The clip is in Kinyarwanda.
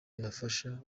ribafasha